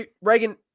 Reagan